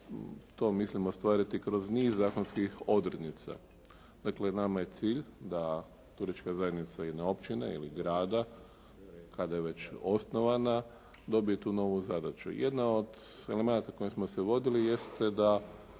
to mislimo ostvariti kroz niz zakonskih odrednica. Dakle, nama je cilj da turistička zajednica jedne općine ili grada kada je već osnovana dobije tu novu zadaću. Jedan od elemenata kojim smo se vodili jeste da